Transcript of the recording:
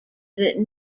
that